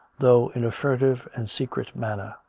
though in a furtive and secret manner.